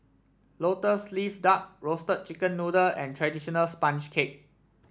Lotus Leaf Duck Roasted Chicken Noodle and traditional sponge cake